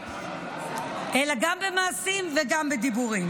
אלא גם במעשים וגם בדיבורים.